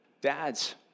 Dads